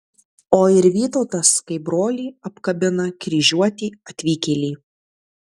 o ir vytautas kaip brolį apkabina kryžiuotį atvykėlį